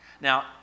Now